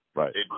right